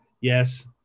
Yes